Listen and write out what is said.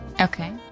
Okay